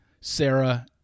Sarah